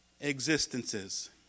existences